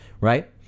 right